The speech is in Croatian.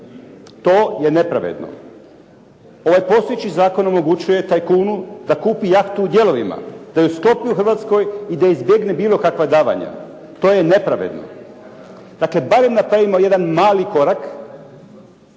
To je nepravedno. Ovaj postojeći zakon omogućuje tajkunu da kupi jahtu u dijelovima, da ju sklopi u Hrvatskoj i da izbjegne bilo kakva davanja. To je nepravedno. Dakle, barem napravimo jedan mali korak,